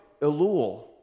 Elul